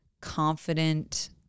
confident